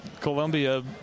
Columbia